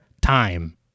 time